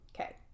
Okay